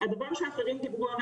איפה המשפחה בכל הסיפור הזה.